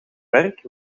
werk